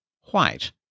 White